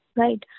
right